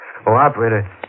operator